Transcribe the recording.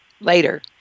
later